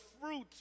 fruit